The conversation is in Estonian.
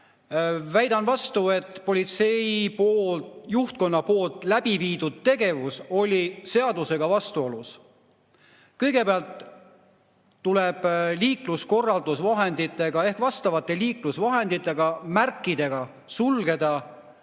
Väidan vastu, et politsei juhtkonna läbiviidud tegevus oli seadusega vastuolus. Kõigepealt tuleb liikluskorraldusvahenditega ehk vastavate liiklusvahenditega, märkidega sulgeda